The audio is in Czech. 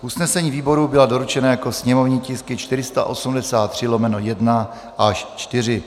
Usnesení výborů byla doručena jako sněmovní tisky 483/1 až 4.